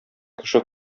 кеше